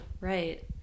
Right